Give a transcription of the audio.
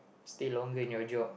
stay longer in your job